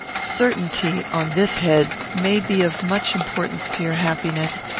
certainty, on this head, may be of much importance to your happiness,